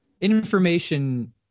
information